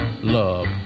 love